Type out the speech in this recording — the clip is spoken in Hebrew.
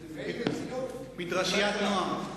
"מדרשיית נעם".